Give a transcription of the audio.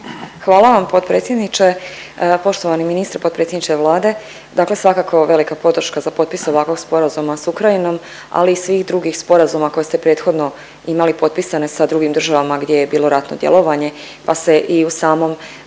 Hvala vam potpredsjedniče. Poštovani ministre, potpredsjedniče Vlade, dakle svakako velika podrška za potpis ovakvog sporazuma s Ukrajinom, ali i svih drugih sporazuma koje ste prethodno imali potpisane sa drugim državama gdje je bilo ratno djelovanje, pa se i u samom